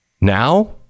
Now